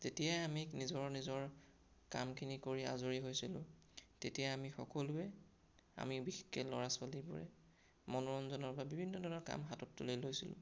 যেতিয়াই আমি নিজৰ নিজৰ কামখিনি কৰি আজৰি হৈছিলোঁ তেতিয়া আমি সকলোৱে আমি বিশেষকৈ ল'ৰা ছোৱালীবোৰে মনোৰঞ্জনৰ বাবে বিভিন্ন ধৰণৰ কাম হাতত তুলি লৈছিলোঁ